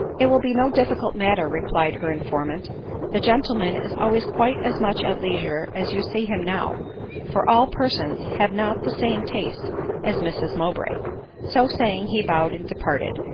it will be no difficult matter, replied her informant the gentleman is always quite as much at leisure as you see him now for all persons have not the same taste as mrs mowbray so saying, he bowed and departed,